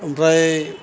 ओमफ्राय